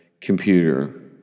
computer